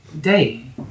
Day